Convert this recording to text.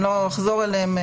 אני לא אחזור עליהן,